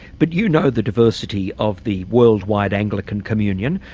but you know the diversity of the worldwide anglican communion.